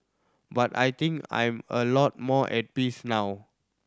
but I think I'm a lot more at peace now